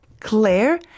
Claire